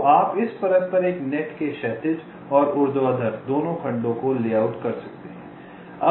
तो आप इस परत पर एक नेट के क्षैतिज और ऊर्ध्वाधर दोनों खंडों को लेआउट कर सकते हैं